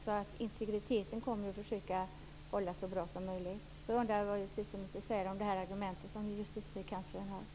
På det sättet kommer man att försöka att upprätthålla integriteten så bra som möjligt. Jag undrar vad justitieministern säger om Justitiekanslerns argument.